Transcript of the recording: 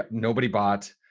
nobody bought.